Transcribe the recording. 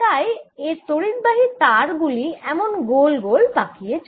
তাই এর তড়িদবাহী তার গুলি এমন গোল গোল পাকিয়ে চলে